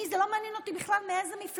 אני, זה לא מעניין אותי בכלל מאיזו מפלגה.